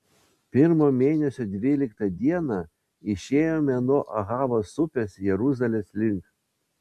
pirmo mėnesio dvyliktą dieną išėjome nuo ahavos upės jeruzalės link